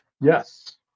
Yes